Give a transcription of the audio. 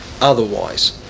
otherwise